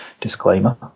disclaimer